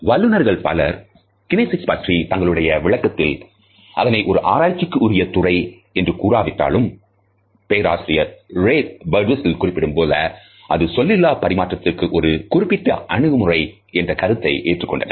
வல்லுநர்கள் பலர் கினேசிக்ஸ் பற்றிய தங்களுடைய விளக்கத்தில் அதனை ஒரு ஆராய்ச்சிக்கு உரிய துறை என்று கூறாவிட்டாலும் பேராசிரியர் ரே பர்டுவிஸ்டல் குறிப்பிட்டதுபோல அது சொல்லிலா பரிமாற்றத்திற்கு ஒரு குறிப்பிட்ட அணுகுமுறை என்ற கருத்தை ஏற்றுக் கொண்டனர்